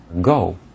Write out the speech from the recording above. go